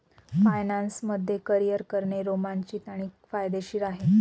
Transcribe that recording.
finance मध्ये career करणे रोमांचित आणि फायदेशीर आहे